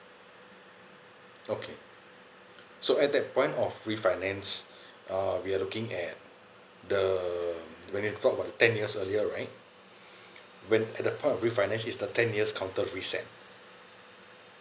okay so at that point of refinance uh we are looking at the when you talk about ten years earlier right when at the point of refinance is the ten years counted reset